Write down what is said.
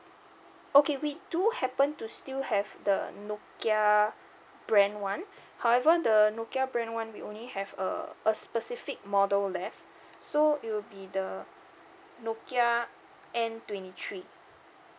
okay we do happen to still have the nokia brand one however the nokia brand one we only have uh a specific model left so it will be the nokia N twenty three